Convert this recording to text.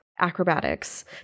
acrobatics